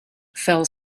fell